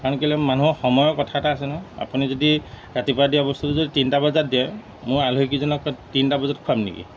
কাৰণ কেলৈ মানুহৰ সময়ৰ কথা এটা আছে নহয় আপুনি যদি ৰাতিপুৱা দিয়া বস্তুটো যদি তিনটা বজাত দিয়ে মই আলহীকেইজনক তিনটা বজাত খুৱাম নেকি